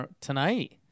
tonight